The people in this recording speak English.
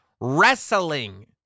wrestling